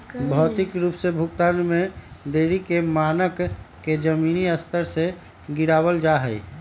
भौतिक रूप से भुगतान में देरी के मानक के जमीनी स्तर से गिरावल जा हई